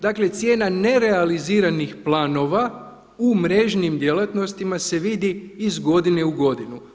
Dakle cijena nerealiziranih planova u mrežnim djelatnostima se vidi iz godine u godinu.